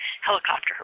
helicopter